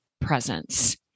presence